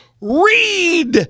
read